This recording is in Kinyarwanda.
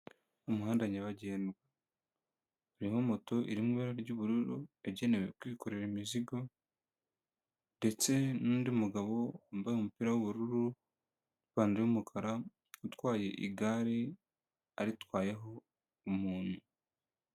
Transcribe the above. Umuhanda nyabagendwa urimo moto irimo ibara ry'ubururu, yagenewe kwikorera imizigo ndetse nundi mugabo wambaye umupira wubururu n'ipantaro y'umukara utwaye igare, aritwayeho umuntu.